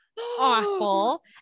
awful